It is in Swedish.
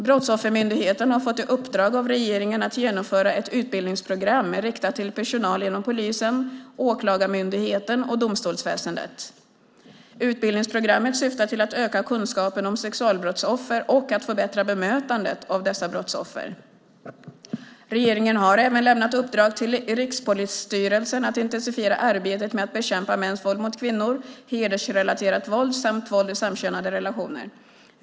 Brottsoffermyndigheten har fått i uppdrag av regeringen att genomföra ett utbildningsprogram riktat till personal inom polisen, Åklagarmyndigheten och domstolsväsendet. Utbildningsprogrammet syftar till att öka kunskapen om sexualbrottsoffer och att förbättra bemötandet av dessa brottsoffer. Regeringen har även lämnat uppdrag till Rikspolisstyrelsen att intensifiera arbetet med att bekämpa mäns våld mot kvinnor, hedersrelaterat våld samt våld i samkönade relationer.